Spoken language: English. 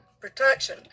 protection